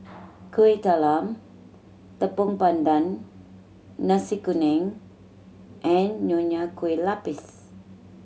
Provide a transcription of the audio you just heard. Kuih Talam Tepong Pandan Nasi Kuning and Nonya Kueh Lapis